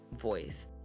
voice